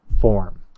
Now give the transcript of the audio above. form